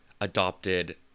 adopted